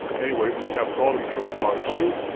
anyway, after all the material has gone through,